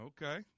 Okay